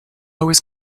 always